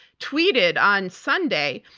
tweeted on sunday,